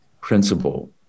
principle